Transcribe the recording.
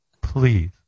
please